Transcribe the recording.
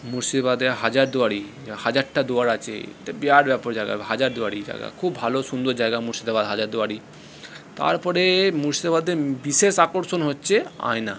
মুর্শিদাবাদে হাজার দুয়ারি হাজারটা দুয়ার আছে বিরাট ব্যাপার জায়গার হাজার দুয়ারি জায়গা খুব ভালো সুন্দর জায়গা মুর্শিদাবাদ হাজার দুয়ারি তারপরে মুর্শিদাবাদে বিশেষ আকর্ষণ হচ্ছে আয়না